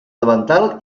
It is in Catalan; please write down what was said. davantal